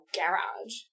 garage